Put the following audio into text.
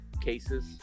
cases